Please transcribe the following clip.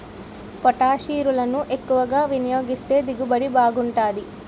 పొటాషిరులను ఎక్కువ వినియోగిస్తే దిగుబడి బాగుంటాది